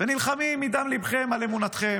ונלחמים מדם ליבכם על אמונתכם.